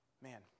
Man